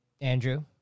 Andrew